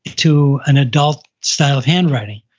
to an adult style of handwriting.